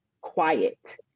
quiet